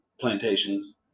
plantations